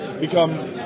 become